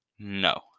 No